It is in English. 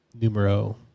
numero